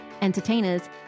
entertainers